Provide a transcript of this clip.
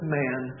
man